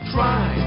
Try